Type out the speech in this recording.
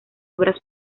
obras